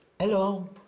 Hello